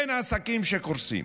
אין עסקים שקורסים,